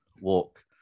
walk